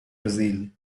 brazil